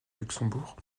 luxembourg